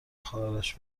خواهرش